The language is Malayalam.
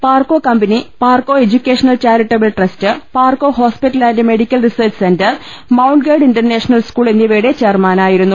Parco company Parco educational charitable trust Parco hospital and medical research centre mount guide international school എന്നിവയുടെ ചെയർമാനാ യിരുന്നു